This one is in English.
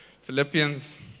Philippians